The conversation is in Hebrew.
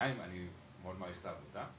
בעיניי אני מאוד מעריך את העבודה.